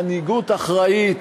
מנהיגות אחראית